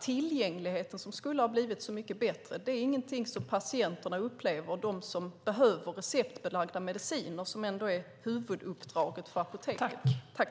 Tillgängligheten som skulle bli så mycket bättre är alltså inget som patienterna, de som behöver receptbelagda mediciner och som är huvuduppdraget för apoteken, upplever.